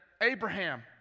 Abraham